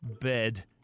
bed